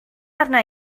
arna